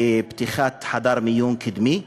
בפתיחת חדר מיון קדמי,